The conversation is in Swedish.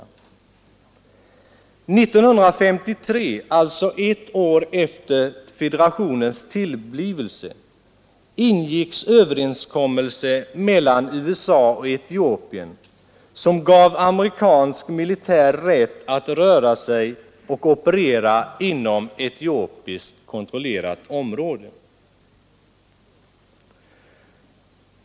År 1953, alltså ett år efter federationens tillblivelse, ingicks överenskommelse mellan USA och Etiopien som gav amerikansk militär rätt att röra sig och operera inom etiopiskkontrollerat område.